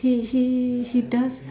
he he he does